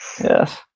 Yes